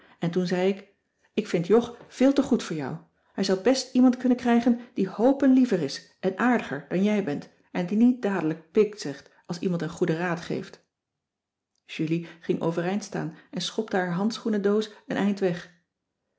en toen zei ik ik vind jog veel te goed voor jou hij zou best iemand kunnen krijgen die hoopen liever is en aardiger dan jij bent en die niet dadelijk pig zegt als iemand een goede raad geeft jullie ging overeind staan en schopte haar handschoenedoos een eind weg